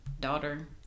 daughter